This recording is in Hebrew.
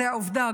זאת עובדה,